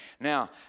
Now